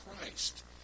Christ